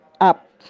up